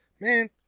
man